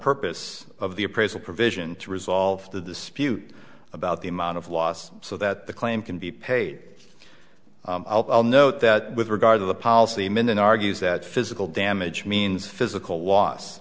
purpose of the appraisal provision to resolve the dispute about the amount of loss so that the claim can be paid i'll note that with regard to the policy i'm in an argues that physical damage means physical loss